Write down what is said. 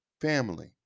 family